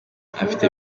afite